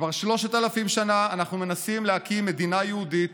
כבר 3,000 שנה אנחנו מנסים להקים מדינה יהודית,